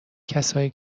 کسایی